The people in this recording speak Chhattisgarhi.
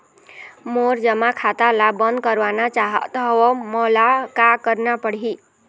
मोर जमा खाता ला बंद करवाना चाहत हव मोला का करना पड़ही?